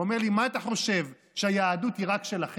הוא אומר לי: מה אתה חושב, שהיהדות היא רק שלכם?